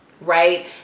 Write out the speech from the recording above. right